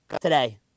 today